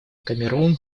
камерун